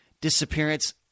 disappearance